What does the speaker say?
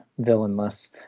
villainless